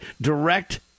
direct